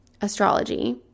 astrology